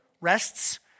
rests